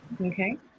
okay